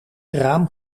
raam